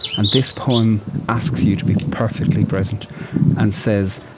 and this poem asks you to be perfectly present and says,